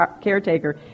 caretaker